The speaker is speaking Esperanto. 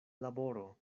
laboro